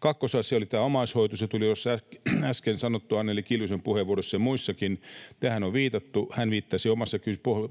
Kakkosasia oli omaishoito. Se tuli tuossa äsken sanottua Anneli Kiljusen puheenvuorossa ja muissakin. Tähän on viitattu. Hän viittasi omassa